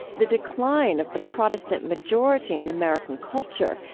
the decline of the protestant majority in american culture,